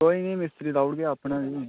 कोई निं मिस्त्री लाई ओड़गे अपना बी